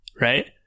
right